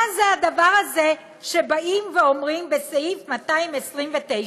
מה זה הדבר הזה, שבאים ואומרים בסעיף 229: